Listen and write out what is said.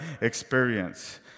experience